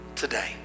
Today